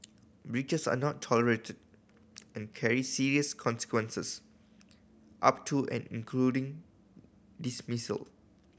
breaches are not tolerated and carry serious consequences up to and including dismissal